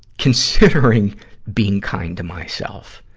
considering being kind to myself.